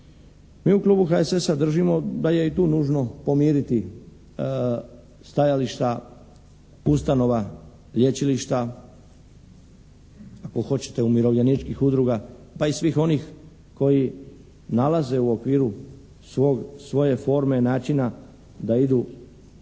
Mi u klubu HSS-a držimo da je i tu nužno pomiriti stajališta ustanova, lječilišta, ako hoćete umirovljeničkih udruga pa i svih onih koji nalaze u okviru svoje forme načina da idu jedan,